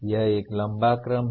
यह एक लंबा क्रम है